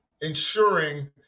ensuring